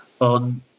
on